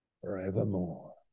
forevermore